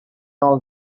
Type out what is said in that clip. all